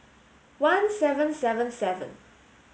one seven seven seven